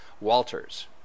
Walters